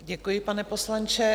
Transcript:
Děkuji, pane poslanče.